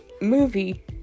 movie